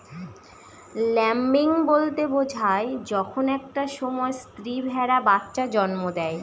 lambing বলতে বোঝায় যখন একটা সময় স্ত্রী ভেড়া বাচ্চা জন্ম দেয়